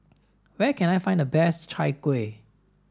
where can I find the best chai kueh